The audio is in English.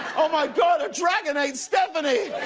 oh my god, a dragon ate stephanie.